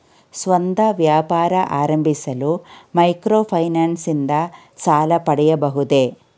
ಸ್ವಂತ ವ್ಯಾಪಾರ ಆರಂಭಿಸಲು ಮೈಕ್ರೋ ಫೈನಾನ್ಸ್ ಇಂದ ಸಾಲ ಪಡೆಯಬಹುದೇ?